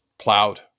plowed